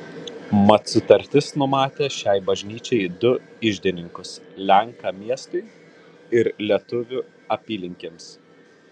mat sutartis numatė šiai bažnyčiai du iždininkus lenką miestui ir lietuvį apylinkėms